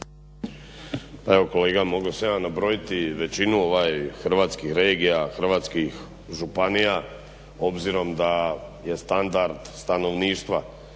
evo kolega mogao sam ja nabrojiti većinu hrvatskih regija, hrvatskih županija obzirom da je standard stanovništva